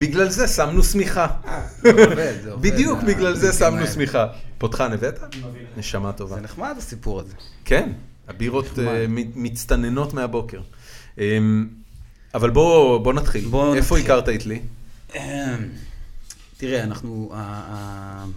בגלל זה שמנו שמיכה, בדיוק בגלל זה שמנו שמיכה. פותחן הבאת? נשמה טובה. זה נחמד הסיפור הזה. כן, הבירות מצטננות מהבוקר. אבל בואו נתחיל, איפה הכרת את לי? תראה, אנחנו...